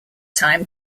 time